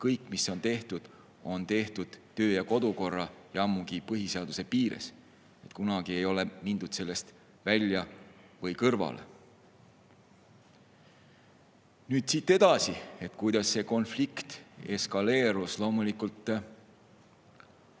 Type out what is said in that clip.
Kõik, mis on tehtud, on tehtud töö- ja kodukorra ja ammugi põhiseaduse piires. Kunagi ei ole mindud sellest välja või kõrvale. Nüüd, siit edasi, kuidas see konflikt eskaleerus. Loomulikult,